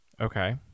Okay